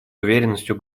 уверенностью